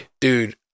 Dude